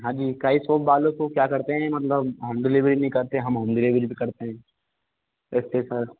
हाँ जी कई शॉप वाले तो क्या करते हैं मतलब होम डिलीवरी नहीं करते हम होम डिलीवरी भी करते हैं इसके साथ